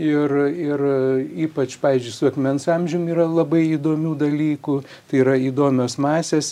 ir ir ypač pavyzdžiui su akmens amžium yra labai įdomių dalykų tai yra įdomios masės